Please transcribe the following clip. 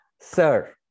Sir